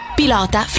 pilota